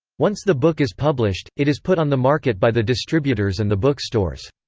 once the book is published, it is put on the market by the distributors and the bookstores.